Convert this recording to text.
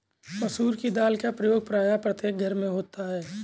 मसूर की दाल का प्रयोग प्रायः प्रत्येक घर में होता है